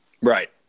Right